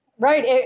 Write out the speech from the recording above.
Right